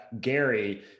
gary